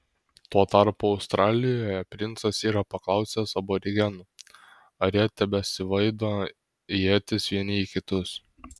tuo tarpu australijoje princas yra paklausęs aborigenų ar jie tebesvaido ietis vieni į kitus